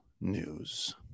news